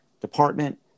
department